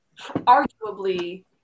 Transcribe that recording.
arguably